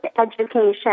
education